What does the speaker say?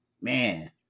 man